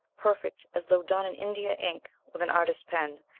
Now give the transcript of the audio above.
perfect as though done in india ink with an artist's pen,